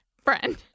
friend